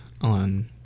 on